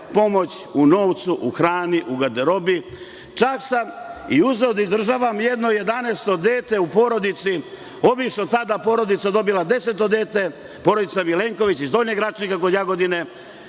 je pomoć u novcu, u hrani, u garderobi. Čak sam i uzeo da izdržavam jedno jedanaesto dete u porodici. Tada je porodica dobila deseto dete, porodica Milenković iz Donjeg Račnika, kod Jagodine,